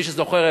מי שזוכר,